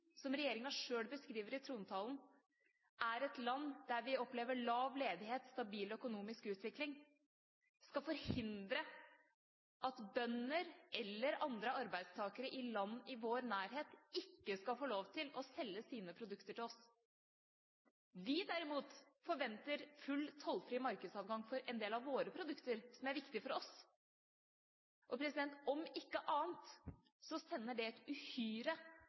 som regjeringa sjøl, i trontalen, beskriver som et land med lav ledighet og stabil økonomisk utvikling – skal forhindre at bønder eller andre arbeidstakere i land i vår nærhet får lov til å selge sine produkter til oss? Vi derimot forventer full tollfri markedsadgang for en del av våre produkter, som er viktige for oss. Om ikke annet sender det et uhyre